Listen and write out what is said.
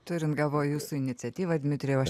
turint galvoj jūsų iniciatyvą dmitrijau aš